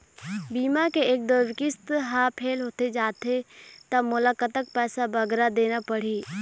बीमा के एक दो किस्त हा फेल होथे जा थे ता मोला कतक पैसा बगरा देना पड़ही ही?